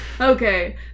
Okay